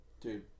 Dude